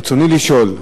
ברצוני לשאול: